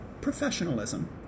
professionalism